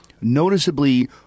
noticeably